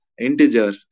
integer